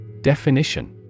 Definition